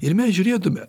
ir mes žiūrėtume